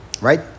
Right